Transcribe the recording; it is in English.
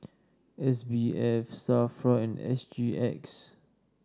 S B F Safra and S G X